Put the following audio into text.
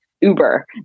Uber